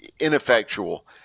ineffectual